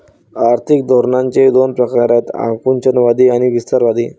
आर्थिक धोरणांचे दोन प्रकार आहेत आकुंचनवादी आणि विस्तारवादी